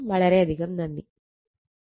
വളരെയധികം നന്ദി